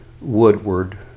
Woodward